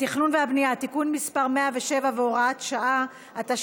התכנון והבנייה (תיקון מס' 107 והוראת שעה) (תיקון),